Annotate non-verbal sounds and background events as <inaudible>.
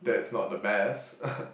that's not the best <laughs>